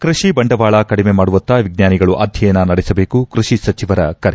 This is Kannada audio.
ಕೃಷಿ ಬಂಡವಾಳ ಕಡಿಮೆ ಮಾಡುವತ್ತ ವಿಜ್ವಾನಿಗಳು ಅಧ್ಯಯನ ನಡೆಸಬೇಕು ಕೃಷಿ ಸಚಿವರ ಕರೆ